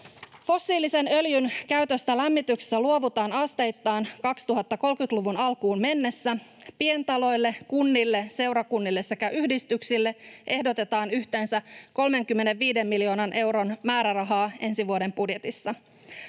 Fossiilisen öljyn käytöstä lämmityksessä luovutaan asteittain 2030-luvun alkuun mennessä. Pientaloille, kunnille, seurakunnille sekä yhdistyksille ehdotetaan yhteensä 35 miljoonan euron määrärahaa ensi vuoden budjetissa.